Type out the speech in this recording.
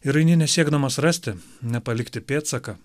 ir eini ne siekdamas rasti ne palikti pėdsaką